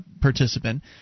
participant